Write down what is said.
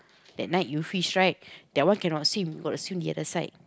that night you fish right that one cannot swim got to swim the other side